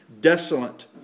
desolate